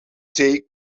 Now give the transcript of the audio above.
take